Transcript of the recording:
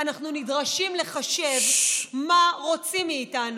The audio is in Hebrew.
אנחנו נדרשים לחשב מה רוצים מאיתנו.